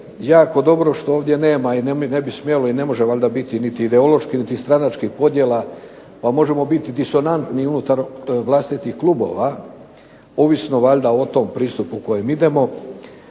jako dobro što ovdje nema i ne bi smjelo i ne može valjda biti niti ideoloških niti stranačkih podjela pa možemo biti disonantni unutar vlastitih klubova, ovisno valjda o tom pristupu kojim idemo.